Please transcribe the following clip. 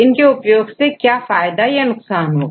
इनके उपयोग से क्या फायदा या नुकसान होगा